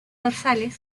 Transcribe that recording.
dorsales